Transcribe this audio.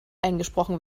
eingesprochen